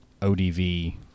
ODV